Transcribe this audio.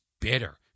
bitter